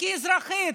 כאזרחית,